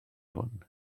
hwn